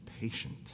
Patient